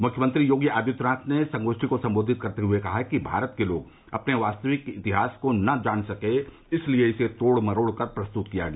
मुख्यमंत्री योगी आदित्यनाथ ने संगोष्ठी को सम्बोधित करते हुये कहा कि भारत के लोग अपने वास्तविक इतिहास को न जान सकें इसलिये इसे तोड़ मरोड़ कर प्रस्तुत किया गया